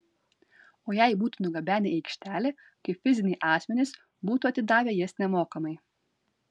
o jei būtų nugabenę į aikštelę kaip fiziniai asmenys būtų atidavę jas nemokamai